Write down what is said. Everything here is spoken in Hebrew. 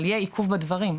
אבל יהיה עיכוב בדברים,